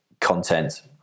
content